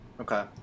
Okay